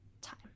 Time